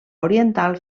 oriental